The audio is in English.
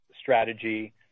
strategy